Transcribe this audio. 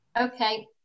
Okay